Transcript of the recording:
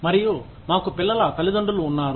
మరియు మాకు పిల్లల తల్లిదండ్రులు ఉన్నారు